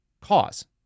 cause